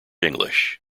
english